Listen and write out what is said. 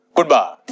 Goodbye